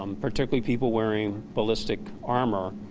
um particularly people wearing ballistic armor.